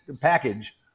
package